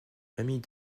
famille